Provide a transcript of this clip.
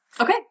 Okay